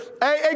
Hey